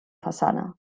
façana